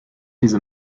diese